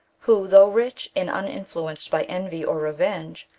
who, though rich, and uninfluenced by envy or revenge,